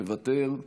מוותר,